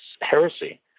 heresy